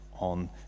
on